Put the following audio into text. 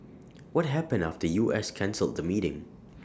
what happened after U S cancelled the meeting